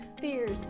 fears